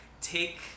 take